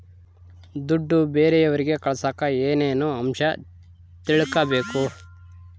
ದುಡ್ಡು ಬೇರೆಯವರಿಗೆ ಕಳಸಾಕ ಏನೇನು ಅಂಶ ತಿಳಕಬೇಕು?